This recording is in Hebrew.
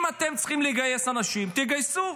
אם אתם צריכים לגייס אנשים, תגייסו.